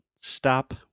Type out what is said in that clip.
stop